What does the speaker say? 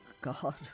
God